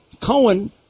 Cohen